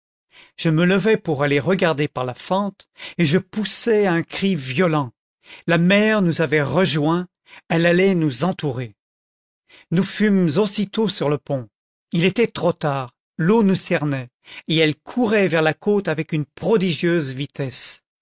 je me levai pour aller regarder par la fente et je poussai un cri violent la mer nous avait rejoints elle allait nous entourer nous fûmes aussitôt sur le pont il était trop tard l'eau nous cernait et elle courait vers la côte avec une prodigieuse vitesse